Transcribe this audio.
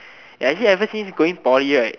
ya actually ever since going poly right